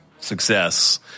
success